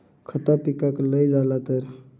खता पिकाक लय झाला तर?